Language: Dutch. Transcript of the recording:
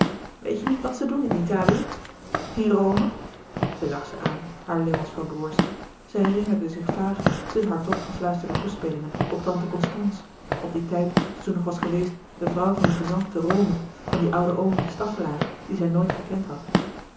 weet je niet wat ze doen in italië in rome zij zag ze aan haar lummels van broêrs zij herinnerde zich vaag te hard-op gefluisterde toespelingen op tante constance op dien tijd louis couperus de boeken der kleine zielen toen ze nog was geweest de vrouw van den gezant te rome van dien ouden oom de staffelaer dien zij nooit gekend had